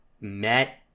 met